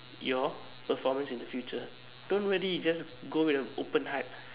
your performance in the future don't worry just go with an open heart